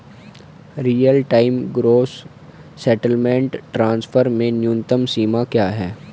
Real time gross settlement transfer में न्यूनतम सीमा क्या है?